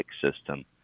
system